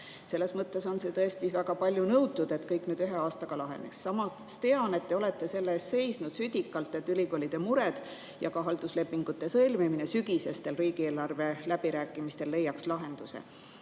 Selles mõttes on see tõesti väga palju nõutud, et kõik nüüd ühe aastaga laheneks. Samas tean, et te olete selle eest seisnud südikalt, et ülikoolide mured ja ka halduslepingute sõlmimine sügisestel riigieelarve läbirääkimistel leiaks lahenduse.